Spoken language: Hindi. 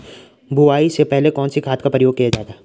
बुआई से पहले कौन से खाद का प्रयोग किया जायेगा?